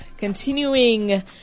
Continuing